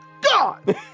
god